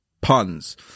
puns